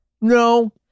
no